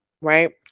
right